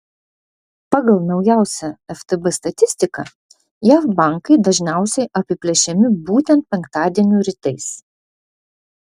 pagal naujausią ftb statistiką jav bankai dažniausiai apiplėšiami būtent penktadienių rytais